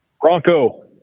Bronco